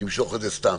את זה סתם.